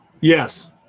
Yes